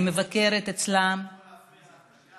אני מבקרת אצלם, טלי, אני יכול להפריע לך דקה?